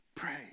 Pray